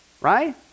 right